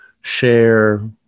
share